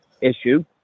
issue